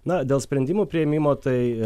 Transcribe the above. na dėl sprendimo priėmimo tai